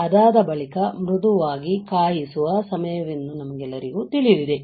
ಅದಾದ ಬಳಿಕ ಮೃದುವಾಗಿ ಕಾಯಿಸುವ ಸಮಯವೆಂದು ನಮಗೆಲ್ಲರಿಗೂ ತಿಳಿದಿದೆ